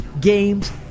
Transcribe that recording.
games